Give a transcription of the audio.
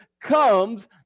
comes